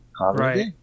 right